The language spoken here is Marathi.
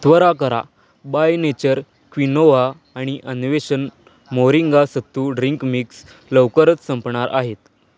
त्वरा करा बाय नेचर क्विनोवा आणि अन्वेषण मोरिंगा सत्तू ड्रिंक मिक्स लवकरच संपणार आहेत